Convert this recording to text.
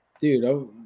Dude